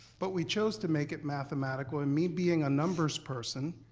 but we chose to make it mathematical and me being a numbers person,